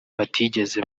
batigeze